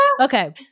Okay